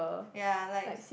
ya I likes